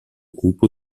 cupo